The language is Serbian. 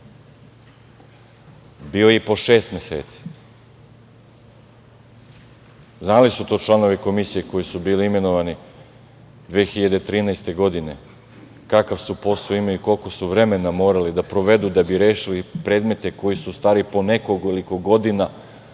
Bio je i po šest meseci. Znali su to članovi Komisije koji su bili imenovani 2013. godine kakav su posao imali i koliko su vremena morali da provedu da bi rešili predmete koji su stari po nekoliko godina